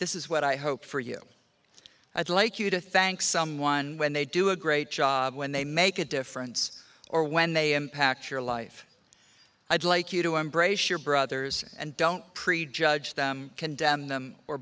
this is what i hope for you i'd like you to thank someone when they do a great job when they make a difference or when they impact your life i'd like you to embrace your brothers and don't prejudge them condemn them or